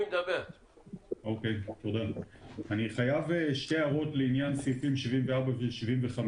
אני חייב שתי הערות לעניין סעיף 74 ו-75